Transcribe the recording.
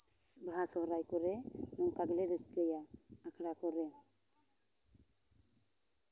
ᱵᱟᱦᱟ ᱥᱚᱦᱨᱟᱭ ᱠᱚᱨᱮᱜ ᱱᱚᱝᱠᱟ ᱜᱮᱞᱮ ᱨᱟᱹᱥᱠᱟᱹᱭᱟ ᱟᱠᱷᱲᱟ ᱠᱚᱨᱮᱜ